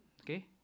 Okay